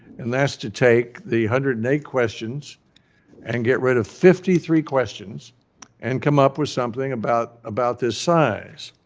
and that's to take the one hundred and eight questions and get rid of fifty three questions and come up with something about about this size.